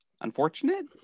unfortunate